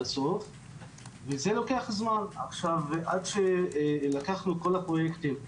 הסוף וזה לוקח זמן עד שלקחנו את כל הפרויקטים,